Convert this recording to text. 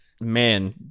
man